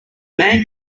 man